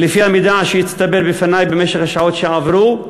לפי המידע שהצטבר בידי במשך השעות שעברו,